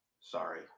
sorry